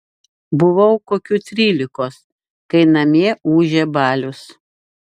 buvau kokių trylikos kai namie ūžė balius